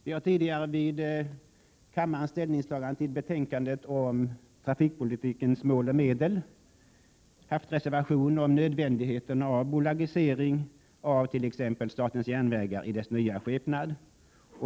Vi har tidigare vid kammarens ställningstagande till betänkandet om trafikpolitikens mål och medel haft reservation om nödvändigheten av bolagisering av t.ex. statens järnvägar i dess nya skepnad.